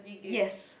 yes